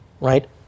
right